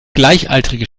gleichaltrige